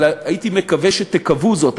אבל הייתי מקווה שתקוו זאת,